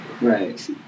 Right